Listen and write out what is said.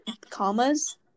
commas